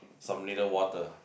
some ladle water